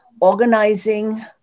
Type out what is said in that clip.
organizing